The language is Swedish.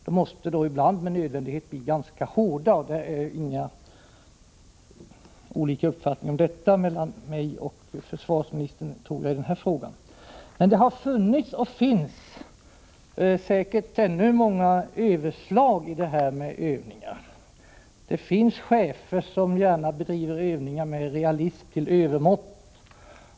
De måste ibland med nödvändighet bli ganska hårda, och jag tror inte att försvarsministern och jag har olika uppfattningar i den frågan. Men det har funnits och finns många övertramp i dessa övningar. Det finns chefer som gärna bedriver övningar med realism till övermått.